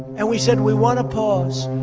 and we said, we want to pause.